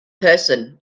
person